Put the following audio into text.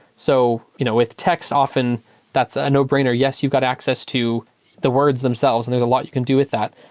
so you know with text, often that's a no-brainer. yes, you got access to the words themselves and there's a lot you can do with that.